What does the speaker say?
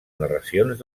narracions